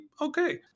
Okay